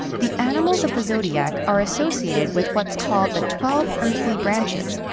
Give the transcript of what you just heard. the animals of the zodiac are associated with what's called the twelve earthly branches,